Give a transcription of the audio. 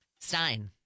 Stein